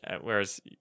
Whereas